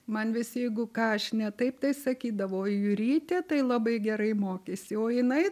man vis jeigu ką aš ne taip tai sakydavo jurytė tai labai gerai mokėsi o jinai